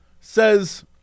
says